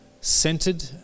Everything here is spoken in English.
centered